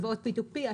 הלוואות p2p,